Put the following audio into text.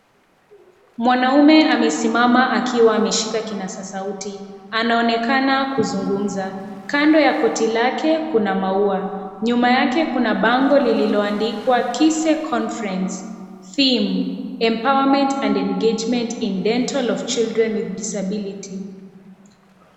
Mwanaume amesimama akiwa ameshika kinasa sauti. Anaonekana kuzungumza. Kando ya koti lake kuna maua. Nyuma yake kuna bango lililoandikwa kise conferencec[s], theme empowerment and engagement in dental of children with disabilities .